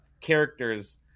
characters